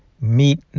meet